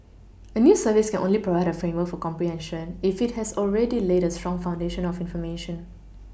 a news service can only provide a framework for comprehension if it has already laid a strong foundation of information